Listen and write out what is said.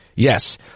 Yes